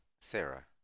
Sarah